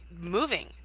moving